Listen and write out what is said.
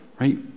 right